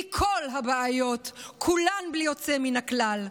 מכל הבעיות, כולן בלי יוצא מן הכלל.